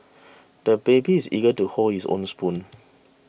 the baby is eager to hold his own spoon